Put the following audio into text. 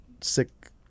sick